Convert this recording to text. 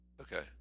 Okay